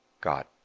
God